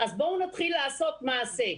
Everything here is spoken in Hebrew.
אז בואו נתחיל לעשות מעשה,